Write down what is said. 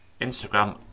Instagram